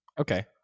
Okay